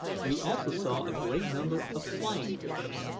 we also saw a great number of flying-fish,